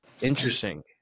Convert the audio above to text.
Interesting